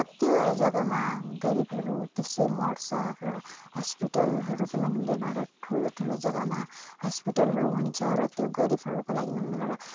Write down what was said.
कतिवटा जगामा गरिबहरू त्यसै मर्छ र हस्पिटलहरू पनि हुँदैन र ठुलो ठुलो जगामा हस्पिटलहरू हुन्छ र त्यो गरिबहरूको लागि हुँदैन र